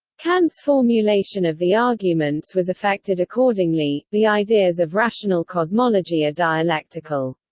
kant's formulation of the arguments was affected accordingly the ideas of rational cosmology are dialectical.